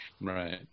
Right